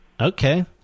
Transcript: Okay